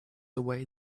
away